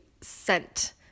scent